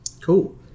cool